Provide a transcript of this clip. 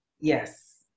Yes